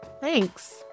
Thanks